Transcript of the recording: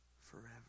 forever